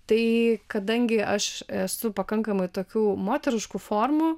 tai kadangi aš esu pakankamai tokių moteriškų formų